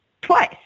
twice